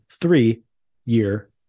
three-year